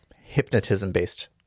hypnotism-based